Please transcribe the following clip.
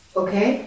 okay